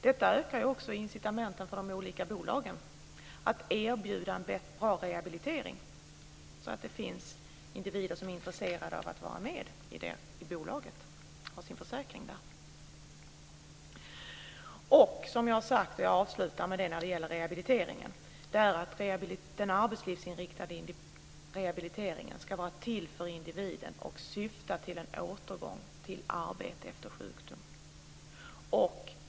Detta ökar också incitamenten för de olika bolagen att erbjuda en bra rehabilitering så att det finns individer som är intresserade av att ha sin försäkring i bolaget. Den arbetslivsinriktade rehabiliteringen ska vara till för individen och syfta till en återgång till arbete efter sjukdom.